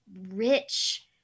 rich